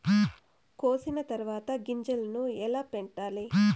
కోసిన తర్వాత గింజలను ఎలా పెట్టాలి